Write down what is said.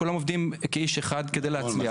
כולם עובדים כאיש אחד כדי להצליח.